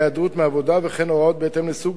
ההיעדרות מהעבודה וכן הוראות בהתאם לסוג